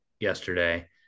Yesterday